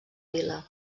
vila